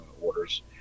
orders